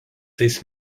tais